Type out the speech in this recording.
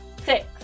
Six